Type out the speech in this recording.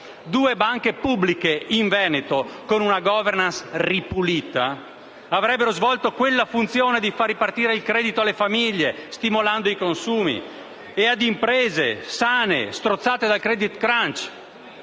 Due banche pubbliche in Veneto, con una *governance* ripulita, avrebbero svolto la funzione di far ripartire il credito alle famiglie, stimolando i consumi, e verso le imprese sane, strozzate dal *credit crunch*: